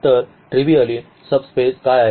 तर trivial subspace काय आहेत